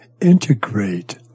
integrate